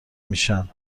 میشن